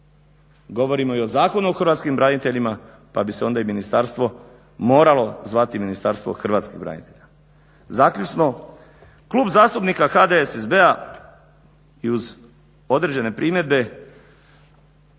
govorimo i o Zakonu o hrvatskim braniteljima pa onda bi se i ministarstvo moralo zvati ministarstvo hrvatskih branitelja. Zaključno klub zastupnika HDSSB-a i uz određene primjedbe